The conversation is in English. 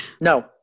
No